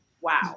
wow